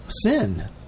Sin